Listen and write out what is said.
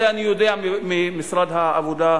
את זה אני יודע ממשרד העבודה,